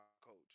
coach